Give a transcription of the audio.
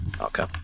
Okay